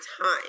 time